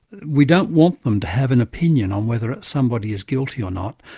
we don't want them to have an opinion on whether somebody is guilty or not.